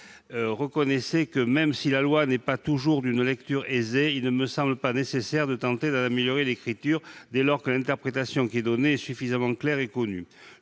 reconnaissait :« Même si la loi n'est pas toujours d'une lecture aisée, il ne me semble pas nécessaire de tenter d'en améliorer l'écriture dès lors que l'interprétation qui est donnée est suffisamment claire et connue.